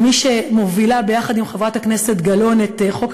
כמי שמובילה ביחד עם חברת הכנסת גלאון את חוק